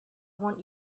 want